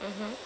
mmhmm